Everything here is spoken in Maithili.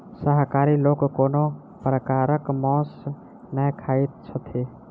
शाकाहारी लोक कोनो प्रकारक मौंस नै खाइत छथि